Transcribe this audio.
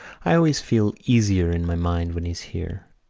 i always feel easier in my mind when he's here.